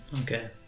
Okay